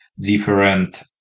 different